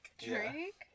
Drake